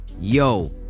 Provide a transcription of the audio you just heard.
Yo